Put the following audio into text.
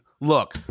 look